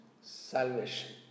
salvation